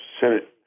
Senate